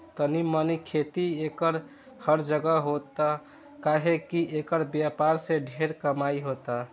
तनी मनी खेती एकर हर जगह होता काहे की एकर व्यापार से ढेरे कमाई होता